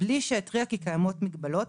בלי שהתריעה כי קיימות מגבלות.